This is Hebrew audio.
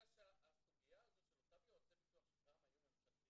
אלא שהסוגיה הזו של אותם יועצי ביטוח שפעם היו ממשלתיים,